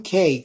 UK